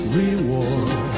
reward